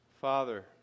Father